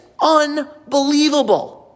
unbelievable